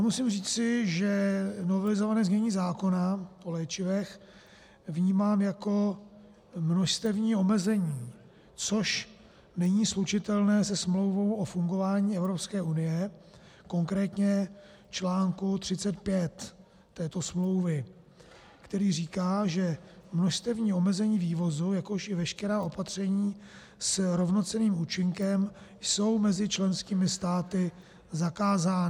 Musím říci, že novelizované znění zákona o léčivech vnímám jako množstevní omezení, což není slučitelné se Smlouvou o fungování EU, konkrétně čl. 35 této smlouvy, který říká, že množstevní omezení vývozu, jakož i veškerá opatření s rovnocenným účinkem jsou mezi členskými státy zakázána.